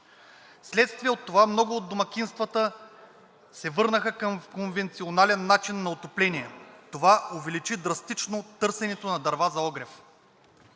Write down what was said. Вследствие от това много от домакинствата се върнаха към конвенционален начин на отопление. Това увеличи драстично търсенето на дърва за огрев.